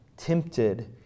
tempted